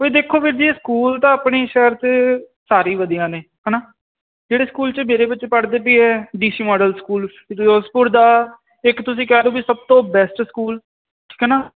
ਬਈ ਦੇਖੋ ਵੀਰ ਜੀ ਸਕੂਲ ਤਾਂ ਆਪਣੀ ਸ਼ਹਿਰ ਚ ਸਾਰੇ ਵਧੀਆ ਨੇ ਹਨਾ ਜਿਹੜੇ ਸਕੂਲ 'ਚ ਮੇਰੇ ਵਿੱਚ ਪੜ੍ਦੇ ਪਏ ਡੀਸੀ ਮਾਡਲ ਸਕੂਲ ਦਾ ਇੱਕ ਤੁਸੀਂ ਕਹਿ ਦੋ ਵੀ ਸਭ ਤੋਂ ਬੈਸਟ ਸਕੂਲ ਠੀਕ ਹੈ ਨਾ